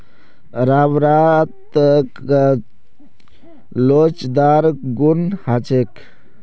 रबरत लोचदार गुण ह छेक